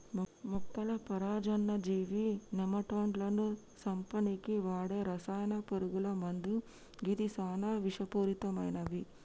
మొక్కల పరాన్నజీవి నెమటోడ్లను సంపనీకి వాడే రసాయన పురుగుల మందు గిది సానా విషపూరితమైనవి